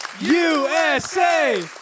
USA